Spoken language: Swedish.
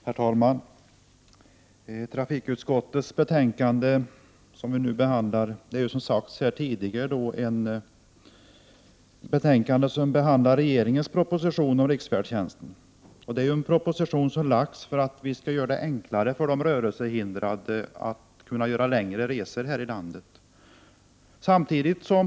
Herr talman! I det betänkande från trafikutskottet som vi nu debatterar om behandlas, som nämnts tidigare, regeringens proposition om riksfärdtjänsten. Propositionen har tillkommit för att göra det enklare för de rörelsehindrade att göra längre resor i vårt land.